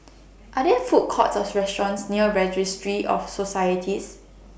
Are There Food Courts Or restaurants near Registry of Societies